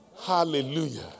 Hallelujah